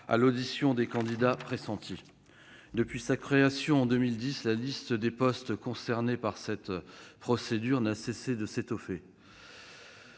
à l'audition des candidats pressentis. Depuis sa création en 2010, la liste des postes concernés par cette procédure n'a cessé de s'étoffer,